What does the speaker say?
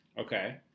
Okay